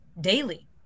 daily